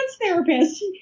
therapist